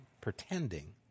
pretending